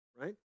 right